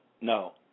no